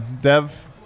Dev